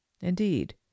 indeed